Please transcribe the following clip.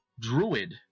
Druid